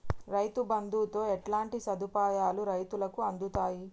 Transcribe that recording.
రైతు బంధుతో ఎట్లాంటి సదుపాయాలు రైతులకి అందుతయి?